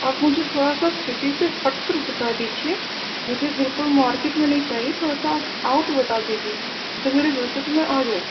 آپ مجھے تھوڑا سا سٹی سے ہٹ کر بتا دیجیے مجھے بالکل مارکیٹ میں نہیں چاہیے تھوڑا سا آؤٹ بتا دیجیے جو میرے بجٹ میں آجائے